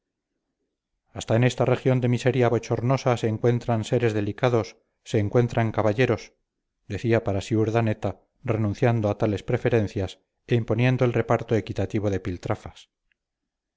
hasta en esta región de miseria bochornosa se encuentran seres delicados se encuentran caballeros decía para sí urdaneta renunciando a tales preferencias e imponiendo el reparto equitativo de piltrafas